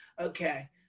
Okay